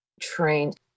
Trained